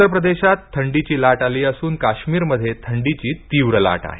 उत्तर प्रदेशात थंडीची लाट आली असन काश्मीरमध्ये थंडीची तीव्र लाट आहे